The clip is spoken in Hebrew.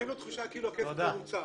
אתם נותנים לו תחושה כאילו הכסף לא נוצל.